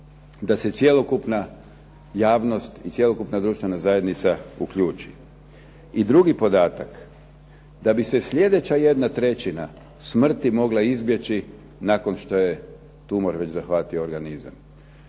da se cjelokupna javnost i cjelokupna društvena zajednica uključi. I drugi podatak, da bi se sljedeća 1/3 smrti mogla izbjeći nakon što je tumor već zahvatio organizam.